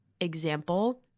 example